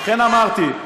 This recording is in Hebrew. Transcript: לכן אמרתי,